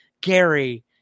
Gary